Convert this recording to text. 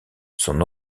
son